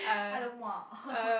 !alamak!